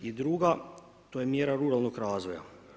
I druga, to je mjera ruralnog razvoja.